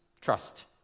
trust